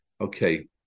Okay